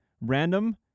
random